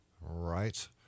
right